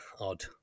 odd